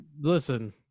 Listen